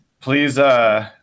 please